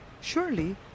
Surely